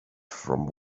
from